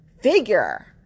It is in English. Figure